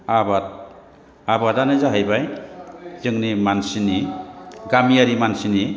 आबाद आबादानो जाहैबाय जोंनि मानसिनि गामियारि मानसिनि